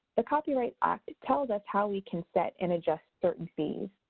the copyright act tells us how we can set and adjust certain fees.